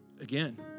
Again